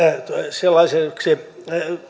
sellaiseksi